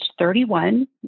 31